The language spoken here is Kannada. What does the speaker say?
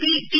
P T